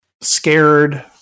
scared